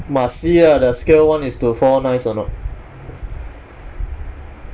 must see ah the scale one is to four nice or not